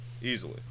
Easily